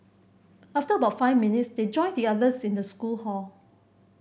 after about five minutes they joined the others in the school hall